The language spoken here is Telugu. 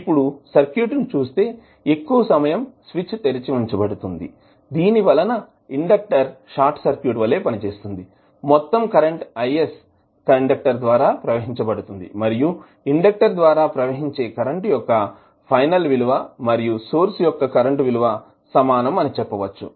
ఇప్పుడు సర్క్యూట్ ని చూస్తే ఎక్కువ సమయం స్విచ్ తెరిచి ఉంచబడుతుంది దీని వలన ఇండెక్టర్ షార్ట్ సర్క్యూట్ వలె పనిచేస్తుంది మొత్తం కరెంట్ IS ఇండెక్టర్ ద్వారా ప్రవహించబడుతుంది మరియు ఇండెక్టర్ ద్వారా ప్రవహించే కరెంటు యొక్క ఫైనల్ విలువ మరియు సోర్స్ యొక్క కరెంట్ విలువ సమానం అని చెప్పవచ్చు